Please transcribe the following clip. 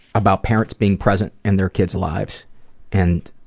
about parents being present in their kid's lives and